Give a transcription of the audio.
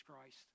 Christ